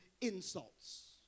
insults